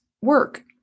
work